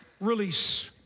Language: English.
release